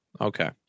Okay